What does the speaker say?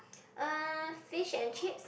uh fish and chips